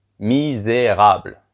misérable